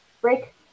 break